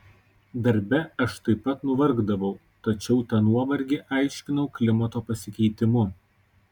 darbe aš taip pat nuvargdavau tačiau tą nuovargį aiškinau klimato pasikeitimu